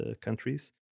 countries